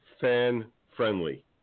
fan-friendly